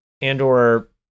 Andor